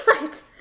Right